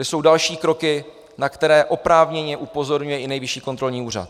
Kde jsou další kroky, na které oprávněně upozorňuje i Nejvyšší kontrolní úřad?